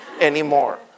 anymore